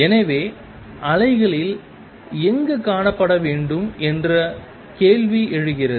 எனவே அலைகளில் எங்கு காணப்பட வேண்டும் என்ற கேள்வி எழுகிறது